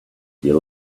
you